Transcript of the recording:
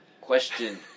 question